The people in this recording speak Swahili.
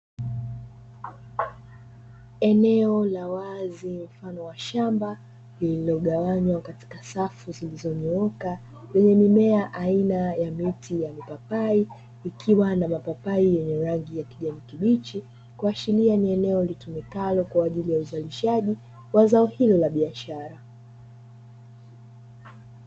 Eneo la wazi mfano wa shamba, lililogawanywa katika safu zilizonyooka, lenye mimea aina ya miti ya mipapai, ikiwa na mapapai yenye rangi ya kijani kibichi. Kuashiria ni eneo litumikalo kwa ajili ya uzalishaji wa zao hilo la biashara.